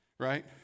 right